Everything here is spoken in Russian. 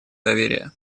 доверия